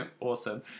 Awesome